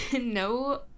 No